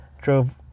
drove